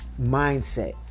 mindset